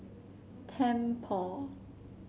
tempur